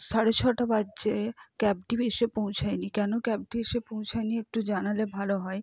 সাড়ে ছটা বাজছে ক্যাবটি এসে পৌঁছায় নি কেন ক্যাবটি এসে পৌঁছায় নি একটু জানালে ভালো হয়